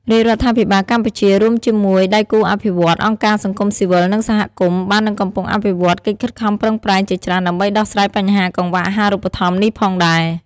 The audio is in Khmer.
រាជរដ្ឋាភិបាលកម្ពុជា រួមជាមួយដៃគូអភិវឌ្ឍន៍ អង្គការសង្គមស៊ីវិល និងសហគមន៍ បាននិងកំពុងអនុវត្តកិច្ចខិតខំប្រឹងប្រែងជាច្រើនដើម្បីដោះស្រាយបញ្ហាកង្វះអាហារូបត្ថម្ភនេះផងដែរ។